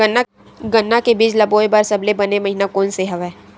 गन्ना के बीज ल बोय बर सबले बने महिना कोन से हवय?